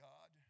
God